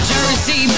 Jersey